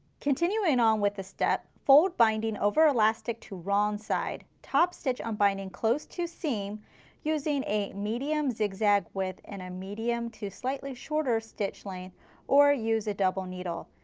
continue in on with the step, forward binding over elastic to wrong side, top stitch on binding close to seam using a medium zigzag with and a medium to slightly shorter stitch length or use a double needle.